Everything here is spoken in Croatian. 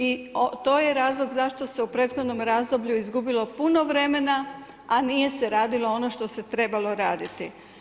I to je razlog zašto se u prethodnom razdoblju izgubilo puno vremena, a nije se radilo ono što se trebalo raditi.